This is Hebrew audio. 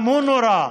גם הוא נורה.